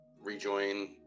rejoin